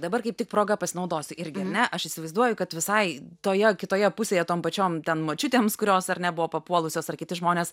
dabar kaip tik proga pasinaudosiu irgi ar ne aš įsivaizduoju kad visai toje kitoje pusėje tom pačiom ten močiutėms kurios ar ne buvo papuolusios ar kiti žmonės